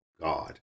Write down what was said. God